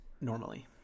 normally